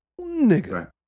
nigga